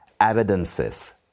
evidences